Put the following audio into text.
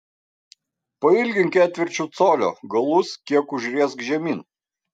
pailgink ketvirčiu colio galus kiek užriesk žemyn